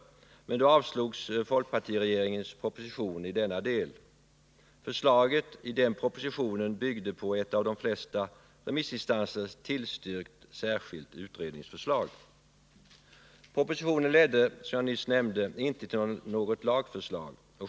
Men då avslogs folkpartiregeringens proposition i denna del. Förslaget i den propositionen byggde på ett av de flesta remissinstanser tillstyrkt särskilt utredningsförslag. Propositionen ledde, som jag nyss nämnde, inte till något lagförslag.